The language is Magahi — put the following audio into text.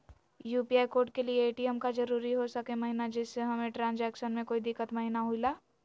यू.पी.आई कोड के लिए ए.टी.एम का जरूरी हो सके महिना जिससे हमें ट्रांजैक्शन में कोई दिक्कत महिना हुई ला?